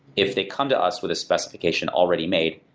if they come to us with a specification already made,